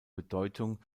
bedeutung